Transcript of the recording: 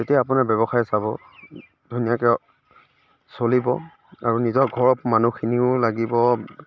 তেতিয়া আপোনাৰ ব্য়ৱসায় চাব ধুনীয়াকৈ চলিব আৰু নিজৰ ঘৰৰ মানুহখিনিও লাগিব